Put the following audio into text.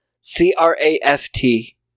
C-R-A-F-T